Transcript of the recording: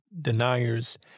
deniers